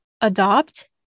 adopt